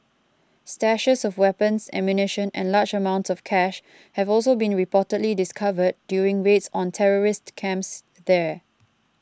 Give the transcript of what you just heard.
stashes of weapons ammunition and large amounts of cash have also been reportedly discovered during raids on terrorist camps there